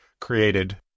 created